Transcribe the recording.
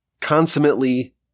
consummately